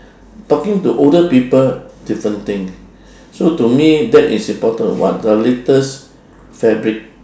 talking to older people different thing so to me that is important what are latest fabric